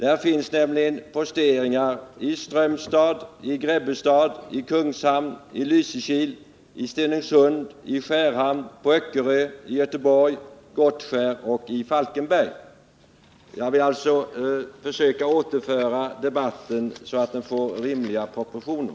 Där finns nämligen posteringar också i Strömstad, Grebbestad, Kungshamn, Lysekil, Stenungsund, Skärhamn och på Öckerö samt i Göteborg, på Gottskär och i Falkenberg. Jag vill alltså försöka återföra debatten till realiteterna, så att den får rimliga proportioner.